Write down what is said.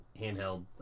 handheld